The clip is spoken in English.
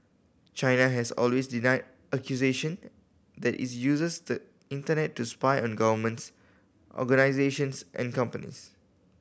China has always denied accusation that it uses the Internet to spy on governments organisations and companies